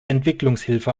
entwicklungshilfe